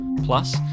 Plus